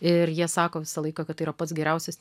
ir jie sako visą laiką kad tai yra pats geriausias